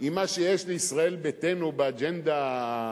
עם מה שיש לישראל ביתנו באג'נדה,